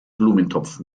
blumentopf